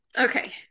okay